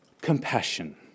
compassion